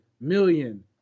million